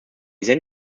then